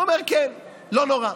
אומר: כן, לא נורא.